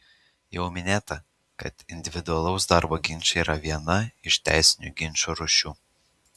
jau minėta kad individualūs darbo ginčai yra viena iš teisinių ginčų rūšių